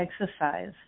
exercise